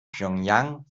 pjöngjang